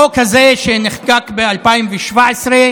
החוק הזה, שנחקק ב-2017,